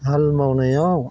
हाल मावनायाव